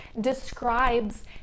describes